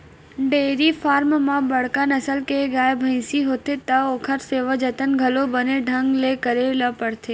dairy farm म बड़का नसल के गाय, भइसी होथे त ओखर सेवा जतन घलो बने ढंग ले करे ल परथे